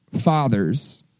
father's